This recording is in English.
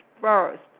first